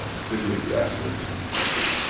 fill your reactors with tritium.